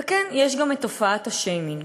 וכן, יש גם תופעת השיימינג.